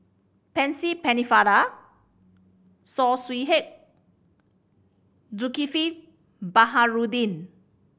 Percy Pennefather Saw Swee Hock Zulkifli Baharudin